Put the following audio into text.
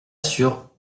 sur